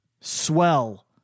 Swell